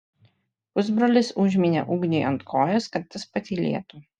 pusbrolis užmynė ugniui ant kojos kad tas patylėtų